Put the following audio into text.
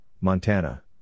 Montana